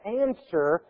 answer